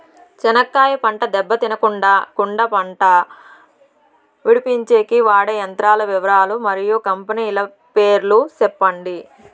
చెనక్కాయ పంట దెబ్బ తినకుండా కుండా పంట విడిపించేకి వాడే యంత్రాల వివరాలు మరియు కంపెనీల పేర్లు చెప్పండి?